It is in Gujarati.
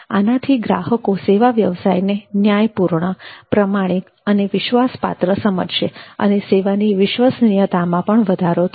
આનાથી ગ્રાહકો સેવા વ્યવસાયને ન્યાયપૂર્ણ પ્રામાણિક અને વિશ્વાસપાત્ર સમજશે અને સેવાની વિશ્વસનીયતા માં પણ વધારો થશે